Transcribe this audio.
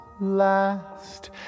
last